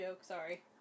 Sorry